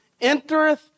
entereth